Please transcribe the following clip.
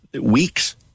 weeks